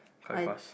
I